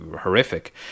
horrific